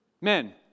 men